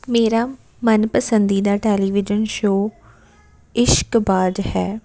ਮੇਰਾ ਮਨਪਸੰਦੀਦਾ television show Ishqbaaz ਹੈ